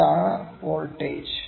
ഇതാണ് വോൾട്ടേജ്